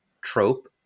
trope